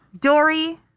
Dory